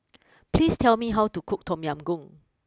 please tell me how to cook Tom Yam Goong